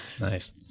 Nice